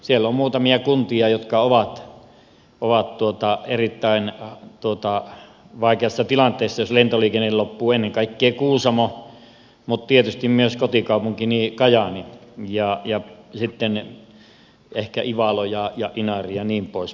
siellä on muutamia kuntia jotka ovat erittäin vaikeassa tilanteessa jos lentoliikenne loppuu ennen kaikkea kuusamo mutta tietysti myös kotikaupunkini kajaani ja sitten ehkä ivalo ja inari ja niin poispäin